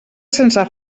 sense